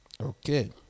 Okay